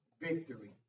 victory